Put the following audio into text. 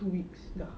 two weeks dah